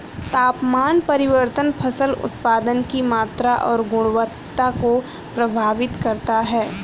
तापमान परिवर्तन फसल उत्पादन की मात्रा और गुणवत्ता को प्रभावित करता है